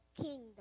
kingdom